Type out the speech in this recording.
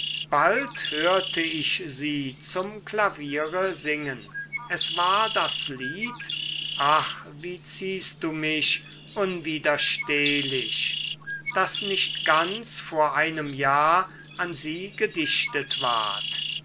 bald hörte ich sie zum klaviere singen es war das lied ach wie ziehst du mich unwiderstehlich das nicht ganz vor einem jahr an sie gedichtet ward